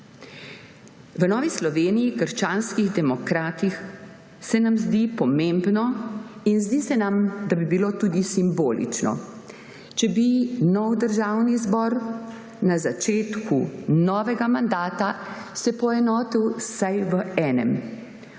V Novi Sloveniji – krščanskih demokratih se nam zdi pomembno in zdi se nam, da bi bilo tudi simbolično, če bi se nov državni zbor na začetku novega mandata poenotil vsaj v enem